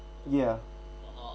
yeah